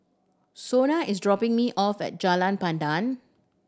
Shona is dropping me off at Jalan Pandan